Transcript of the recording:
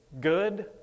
good